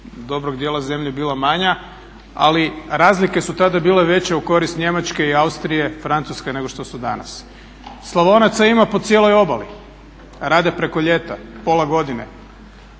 dobrog dijela zemlje bila manja. Ali razlike su tada bile veće u korist Njemačke i Austrije, Francuske nego što su danas. Slavonaca ima po cijeloj obali, rade preko ljeta, pola godine.